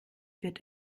wird